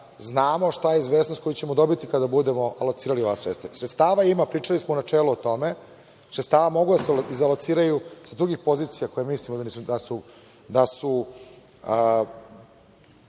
znamo šta je izvesnost koju ćemo dobiti kada budemo alocirali ova sredstva. Sredstava ima, pričali smo u načelu o tome, sredstva mogu da se izalociraju sa drugih pozicija koje mislimo da